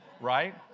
right